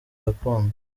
gakondo